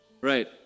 Right